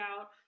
out